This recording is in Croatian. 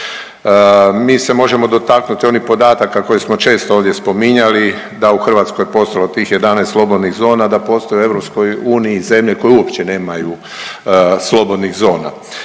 Mi se možemo dotaknuti onih podataka koje smo često ovdje spominjali da je u Hrvatskoj postojalo tih 11 slobodnih zona, da postoje u EU zemlje koje uopće nemaju slobodnih zona.